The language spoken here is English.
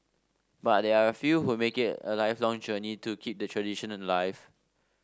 but there are a few who make it a lifelong journey to keep the tradition alive